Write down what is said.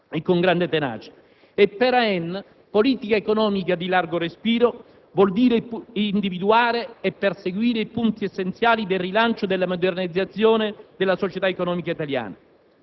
Per AN politica economica di largo respiro vuol dire individuare e perseguire i punti essenziali del rilancio e della modernizzazione della società economica italiana,